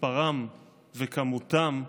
מספרם וכמותם,